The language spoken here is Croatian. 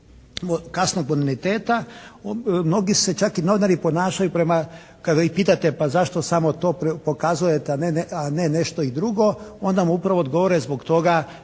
kasnog boniteta mnogi se čak i novinari ponašaju prema, kada ih pitate pa zašto samo to pokazujete a ne nešto i drugo, onda vam upravo odgovore zbog toga